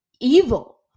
evil